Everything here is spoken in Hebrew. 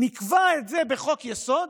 נקבע את זה בחוק-יסוד,